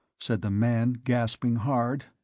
said the man, gasping hard.